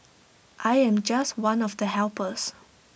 I am just one of the helpers